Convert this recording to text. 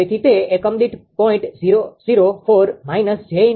તેથી તે એકમ દીઠ 0